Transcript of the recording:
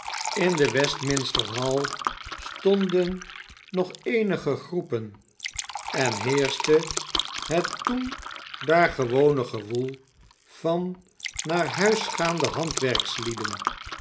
in de westminster hall stonden nog eenige groepen en heerschte het toen daar gewone gewoel van naar huis gaande